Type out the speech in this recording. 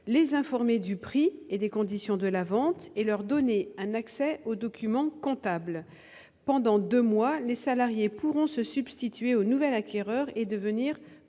les informer du prix et des conditions de la vente et leur donner un accès aux documents comptables. Pendant deux mois, les salariés pourront se substituer au nouvel acquéreur et devenir propriétaires